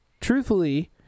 truthfully